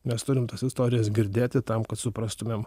mes turim tas istorijas girdėti tam kad suprastumėm